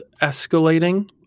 escalating